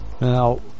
Now